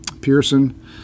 Pearson